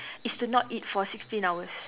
is to not eat for sixteen hours